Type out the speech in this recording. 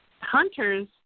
hunters